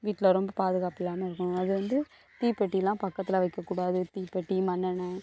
வீட்டில் ரொம்ப பாதுகாப்பு இல்லாமல் இருக்கும் அது வந்து தீப்பெட்டிலாம் பக்கத்தில் வைக்கக்கூடாது தீப்பெட்டி மண்ணெண்ணெய்